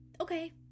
okay